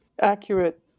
accurate